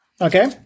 Okay